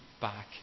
back